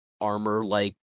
armor-like